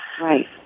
Right